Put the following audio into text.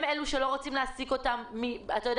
הם אלו שלא רוצים להעסיק אותם בגלל